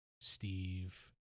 Steve